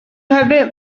have